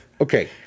Okay